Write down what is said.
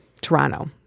Toronto